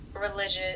religious